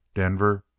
denver,